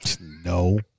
No